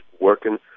working